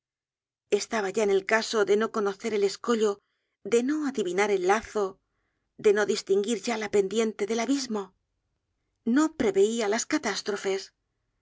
estaba ya en el caso de no conocer el escollo de no adivinar el lazo de no distinguir ya la pendiente del abismo no preveia las catástrofes